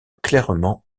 clairement